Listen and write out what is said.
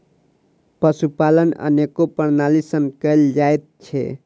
पशुपालन अनेको प्रणाली सॅ कयल जाइत छै